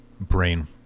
brain